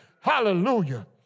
Hallelujah